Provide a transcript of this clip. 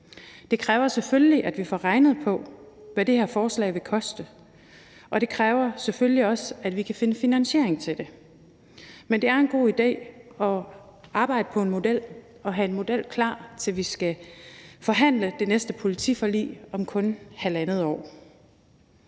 Det kræver selvfølgelig, at vi får regnet på, hvad det her forslag vil koste, og det kræver selvfølgelig også, at vi kan finde finansiering til det. Men det er en god idé at arbejde på en model og have en model klar til, når vi skal forhandle det næste politiforlig om kun halvandet år.